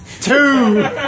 two